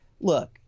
look